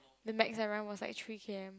the max I run was like three k_m